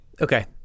Okay